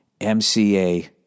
MCA